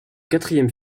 quatrième